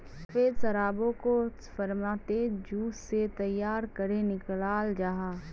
सफ़ेद शराबोक को फेर्मेंतेद जूस से तैयार करेह निक्लाल जाहा